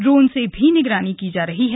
drone से भी निगरानी की जा रही है